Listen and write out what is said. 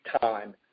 time